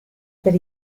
per